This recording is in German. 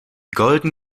golden